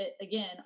Again